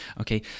okay